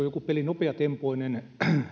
joku peli nopeatempoinen